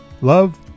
Love